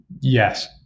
Yes